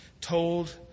told